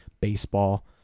baseball